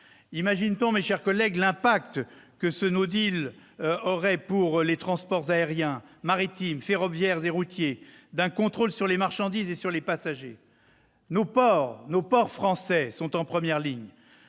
Imagine-t-on, mes chers collègues, l'impact sur les transports aériens, maritimes, ferroviaires et routiers du contrôle sur les marchandises et sur les passagers qu'entraînerait ce ? Les ports français sont en première ligne.